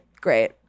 great